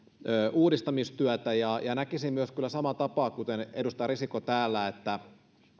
uudistamistyötä näkisin kyllä samaan tapaan kuin edustaja risikko täällä että